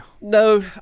No